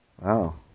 wow